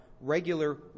regular